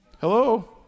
Hello